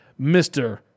Mr